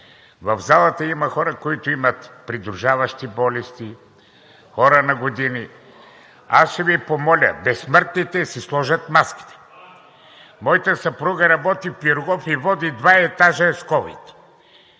В залата има хора, които имат придружаващи болести, хора на години, и аз ще Ви помоля безсмъртните да си сложат маските. Моята съпруга работи в „Пирогов“ и води два етажа с Ковид